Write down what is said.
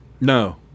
No